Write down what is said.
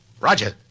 Roger